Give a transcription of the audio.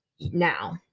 now